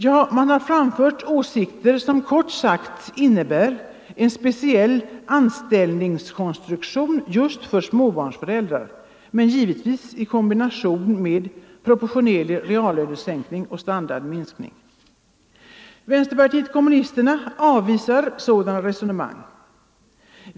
Ja, man har framfört åsikter som kort sagt innebär att man föreslår en speciell anställningskonstruktion just för småbarnsföräldrar, givetvis i kombination med proportionerlig reallönesänkning och standardminskning. Vänsterpartiet kommunisterna avvisar sådana resonemang.